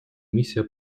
місія